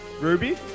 Ruby